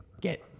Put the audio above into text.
get